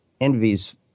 Envy's